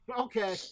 Okay